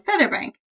featherbank